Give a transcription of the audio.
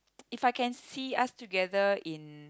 if I can see us together in